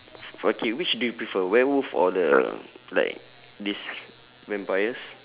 okay which do you prefer werewolf or the like these vampires